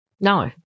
No